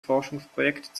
forschungsprojekt